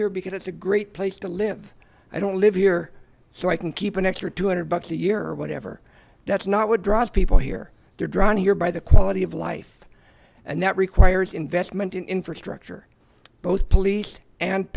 here because it's a great place to live i don't live here so i can keep an extra two hundred bucks a year or whatever that's not what draws people here they're drawn here by the quality of life and that requires investment in infrastructure both police and